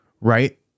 right